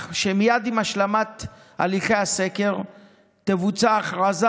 מייד עם השלמת הליכי הסקר תבוצע הכרזה